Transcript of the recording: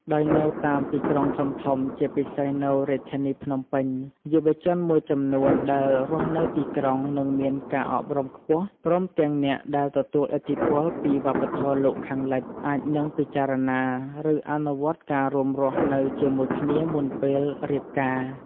ដោយនៅតាមទីក្រុងធំៗ ជាពិសេសនៅរាជធានីភ្នំពេញ យុវជនមួយចំនួនដែលរស់នៅទីក្រុង និងមានការអប់រំខ្ពស់ ព្រមទាំងអ្នកដែលទទួលឥទ្ធិពលពីវប្បធម៌លោកខាងលិច អាចនឹងពិចារណា ឬអនុវត្តការរួមរស់នៅជាមួយគ្នាមុនពេលរៀបការ។